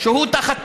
שהוא תחת כיבוש.